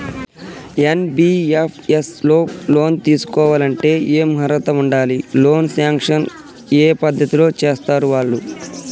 NBFS లో loan తీస్కోవాలంటే ఏం అర్హత ఉండాలి? లోన్ సాంక్షన్ ఏ పద్ధతి లో చేస్తరు వాళ్లు?